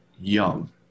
young